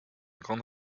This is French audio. grande